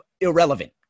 irrelevant